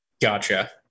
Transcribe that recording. Gotcha